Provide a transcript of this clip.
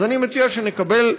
אז אני מציע שנקבל,